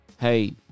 Hey